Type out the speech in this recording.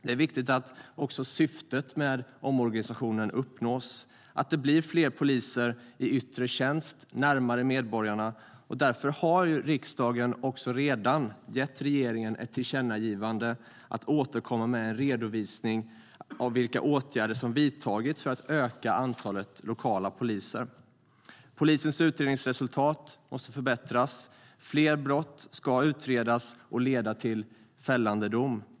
Det är också viktigt att syftet med omorganisationen uppnås, att det blir fler poliser i yttre tjänst närmare medborgarna. Därför har riksdagen redan gett regeringen ett tillkännagivande om att återkomma med en redovisning av vilka åtgärder som vidtagits för att öka antalet lokala poliser. Polisens utredningsresultat måste förbättras. Fler brott ska utredas och leda till fällande dom.